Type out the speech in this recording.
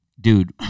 Dude